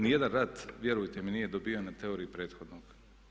Niti jedan rat, vjerujte mi nije dobiven na teoriji prethodnog.